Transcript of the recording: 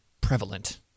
prevalent